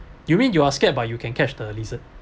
you mean you are scared but you can catch the lizard